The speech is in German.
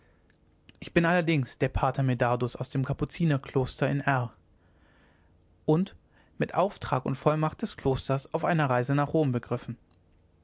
ich bin allerdings der pater medardus aus dem kapuzinerkloster in r und mit auftrag und vollmacht des klosters auf einer reise nach rom begriffen